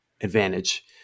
advantage